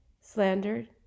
slandered